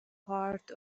part